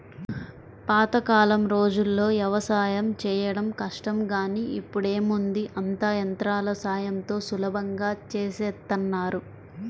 పాతకాలం రోజుల్లో యవసాయం చేయడం కష్టం గానీ ఇప్పుడేముంది అంతా యంత్రాల సాయంతో సులభంగా చేసేత్తన్నారు